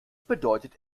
bedeutet